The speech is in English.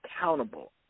accountable